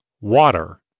Water